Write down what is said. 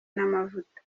n’amavuta